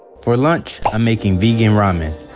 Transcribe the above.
for lunch, i'm making vegan ramen.